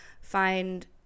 find